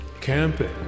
Camping